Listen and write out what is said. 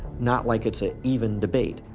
not like it's an even debate.